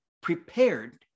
prepared